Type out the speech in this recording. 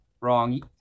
wrong